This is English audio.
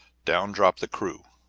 down drop the crew,